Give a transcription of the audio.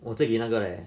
我借你那个 leh